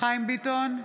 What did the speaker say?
חיים ביטון,